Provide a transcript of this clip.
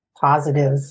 positive